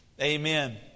Amen